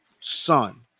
son